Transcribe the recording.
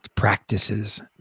Practices